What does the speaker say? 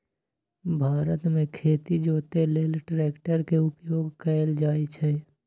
भारत मे खेती जोते लेल ट्रैक्टर के उपयोग कएल जाइ छइ